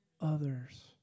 others